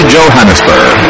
Johannesburg